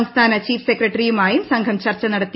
സംസ്ഥാന ചീഫ് സെക്രട്ടറിയുമായും സംഘം ചർച്ച നടത്തി